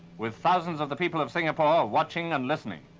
with thousands of the people of singapore watching and listening.